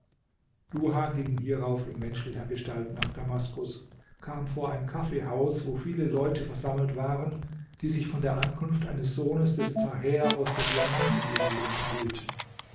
duha ging hierauf in menschlicher gestalt nach damaskus kam vor ein kaffeehaus wo viele leute versammelt waren die sich von der ankunft eines sohnes des zaher aus der diamanteninsel unterhielten